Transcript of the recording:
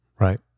right